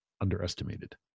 underestimated